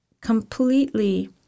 completely